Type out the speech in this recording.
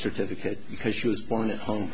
certificate because she was born at home